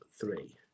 three